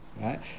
right